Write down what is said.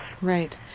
Right